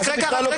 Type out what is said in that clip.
זה בכלל לא קשור.